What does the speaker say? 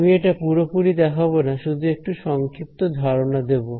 আমি এটা পুরোপুরি দেখাবো না শুধু একটু সংক্ষিপ্ত ধারণা দেব